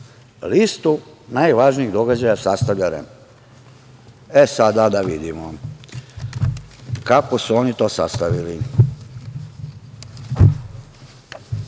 Listu najvažnijih događaja sastavlja REM.E sada da vidimo kako su oni to sastavili.